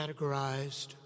categorized